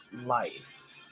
life